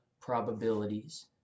probabilities